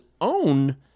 own